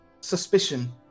suspicion